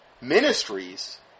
ministries